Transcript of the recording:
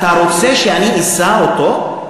אתה רוצה שאני אשא אותו?